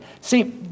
See